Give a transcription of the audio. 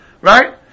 Right